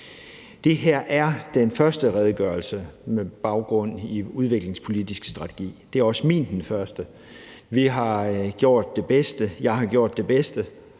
Det her er den første redegørelse med baggrund i den udviklingspolitiske strategi, og det er også min første. Vi har gjort det bedste, vi kunne – jeg har gjort det bedste,